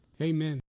Amen